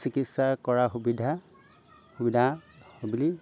চিকিৎসা কৰা সুবিধা সুবিধা বুলি